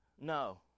no